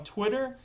Twitter